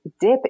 dip